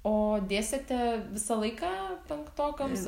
o dėsite visą laiką penktokams